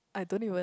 I don't even